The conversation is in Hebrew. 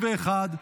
31),